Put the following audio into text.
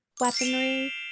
weaponry